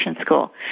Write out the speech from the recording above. school